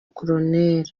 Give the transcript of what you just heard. col